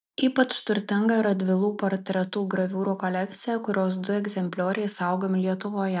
ypač turtinga radvilų portretų graviūrų kolekcija kurios du egzemplioriai saugomi lietuvoje